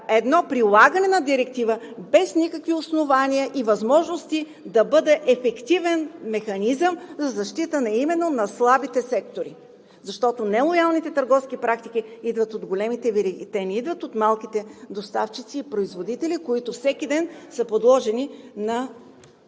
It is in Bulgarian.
едно прилагане на Директива без никакви основания и възможности да бъде ефективен механизъм за защита именно на слабите сектори, защото нелоялните търговски практики идват от големите вериги. Те не идват от малките доставчици и производители, които всеки ден са подложени на